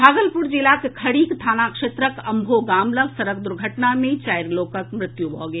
भागलपुर जिलाक खरीक थाना क्षेत्रक अंभो गाम लऽग सड़क दुर्घटना मे चारि लोकक मृत्यु भऽ गेल